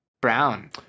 Brown